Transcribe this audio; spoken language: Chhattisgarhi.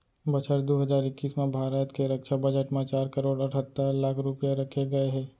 बछर दू हजार इक्कीस म भारत के रक्छा बजट म चार करोड़ अठत्तर लाख रूपया रखे गए हे